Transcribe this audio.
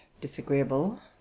disagreeable